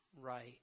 Right